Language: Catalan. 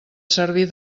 servir